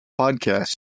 podcast